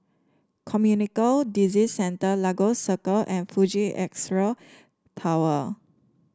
Disease Centre Lagos Circle and Fuji Xerox Tower